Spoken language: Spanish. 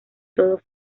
todo